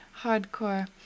hardcore